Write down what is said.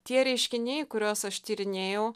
tie reiškiniai kuriuos aš tyrinėjau